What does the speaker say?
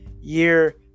year